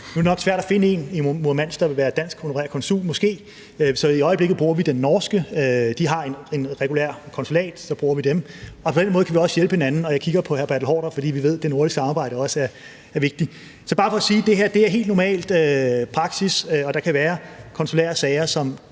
Nu er det nok svært at finde en i Murmansk, der vil være dansk honorær konsul, så i øjeblikket bruger vi den norske. Norge har et regulært konsulat, og så bruger vi det. Så på den måde kan vi også hjælpe hinanden. Og jeg kigger på hr. Bertel Haarder, fordi vi ved, at det nordiske samarbejde også er vigtigt. Så det er bare for at sige, at det her er en helt normal praksis, og der kan være konsulære sager, hvor